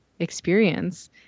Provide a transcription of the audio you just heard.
experience